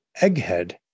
Egghead